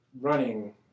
running